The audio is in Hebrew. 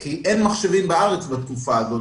אלא כי אין מחשבים בארץ בתקופה הזאת.